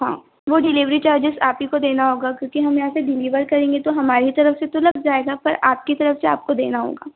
हाँ वह delivery charges आप ही को देना होगा क्योंकि हम यहाँ से डिलीवर करेंगे तो हमारी तरफ़ से तो लग जाएगा पर आपकी तरफ़ से आपको देना होगा